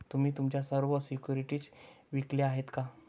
तुम्ही तुमच्या सर्व सिक्युरिटीज विकल्या आहेत का?